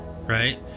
right